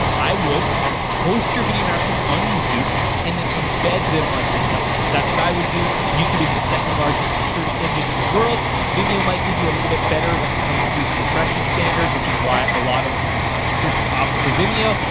i would host your video announcements on youtube and then embed them on your site. that's what i would do. youtube is the second-largest search engine in the world. vimeo might give you a little bit better when it comes to compression standards, which is why a lot of churches opt for vimeo,